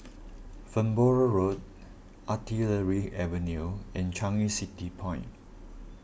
Farnborough Road Artillery Avenue and Changi City Point